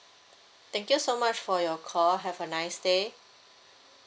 thank you so much for your call have a nice day